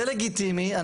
זה לגיטימי.